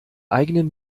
eigenen